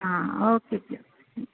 ਹਾਂ ਓਕੇ ਜੀ